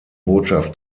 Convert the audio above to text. botschaft